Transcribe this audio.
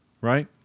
right